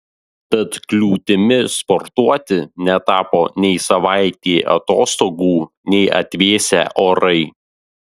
tad kliūtimi sportuoti netapo nei savaitė atostogų nei atvėsę orai